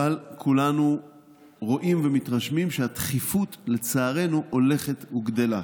אבל כולנו רואים ומתרשמים שהדחיפות לצערנו הולכת וגדלה.